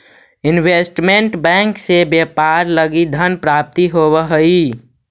investment bank से व्यापार लगी धन प्राप्ति होवऽ हइ